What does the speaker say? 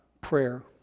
prayer